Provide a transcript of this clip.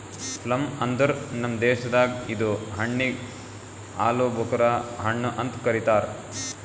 plum ಅಂದುರ್ ನಮ್ ದೇಶದಾಗ್ ಇದು ಹಣ್ಣಿಗ್ ಆಲೂಬುಕರಾ ಹಣ್ಣು ಅಂತ್ ಕರಿತಾರ್